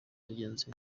mugenzi